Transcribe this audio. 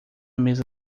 mesa